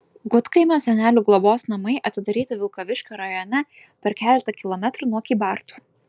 gudkaimio senelių globos namai atidaryti vilkaviškio rajone per keletą kilometrų nuo kybartų